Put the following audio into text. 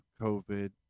COVID